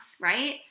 right